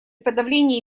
подавлении